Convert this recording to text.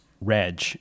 Reg